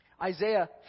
Isaiah